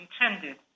intended